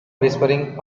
whispering